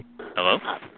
hello